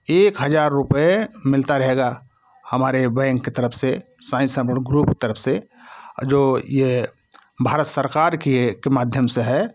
एक हज़ार रुपये मिलता रहेगा हमारे बैंक की तरफ से साईं समर्पण ग्रुप की तरफ से जो ये भारत सरकार कि एक माध्यम से है